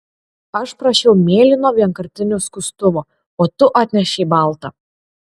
aš prašiau mėlyno vienkartinio skustuvo o tu atnešei baltą